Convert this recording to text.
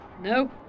No